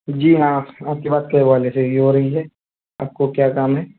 جی ہاں آپ کی بات کیب والے سے ہی ہو رہی ہے آپ کو کیا کام ہے